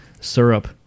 syrup